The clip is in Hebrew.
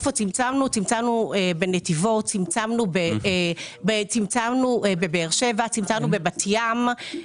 צמצמנו בנתיבות, צמצמנו בבאר שבע, צמצמנו בבת ים.